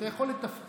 אתה יכול לטפטף: